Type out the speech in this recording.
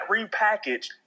repackaged